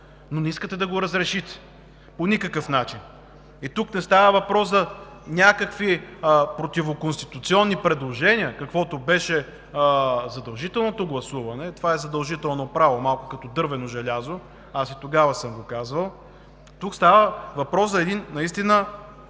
но не искате да го разрешите по никакъв начин. Тук не става въпрос за някакви противоконституционни предложения, каквото беше задължителното гласуване. Това е задължително право, малко като дървено желязо. Аз и тогава съм го казвал. Става въпрос за един наистина